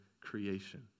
creation